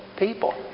People